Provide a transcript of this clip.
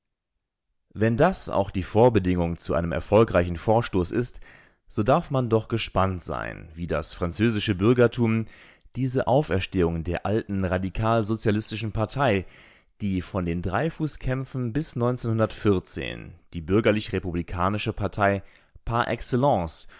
wenn das auch die vorbedingung zu einem erfolgreichen vorstoß ist so darf man doch gespannt sein wie das französische bürgertum diese auferstehung der alten radikalsozialistischen partei die von den dreyfus-kämpfen bis die bürgerlich-republikanische partei par excellence